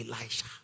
Elisha